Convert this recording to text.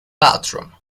bathroom